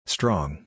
Strong